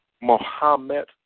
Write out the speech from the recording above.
Mohammed